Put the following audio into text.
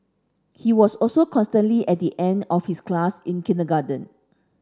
he was also constantly at the end of his class in kindergarten